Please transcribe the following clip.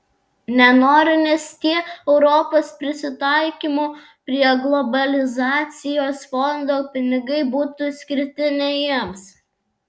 nenori nes tie europos prisitaikymo prie globalizacijos fondo pinigai būtų skirti ne jiems